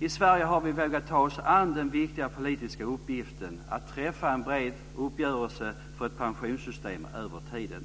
I Sverige har vi vågat ta oss an den viktiga politiska uppgiften att träffa en bred uppgörelse för ett pensionssystem över tiden.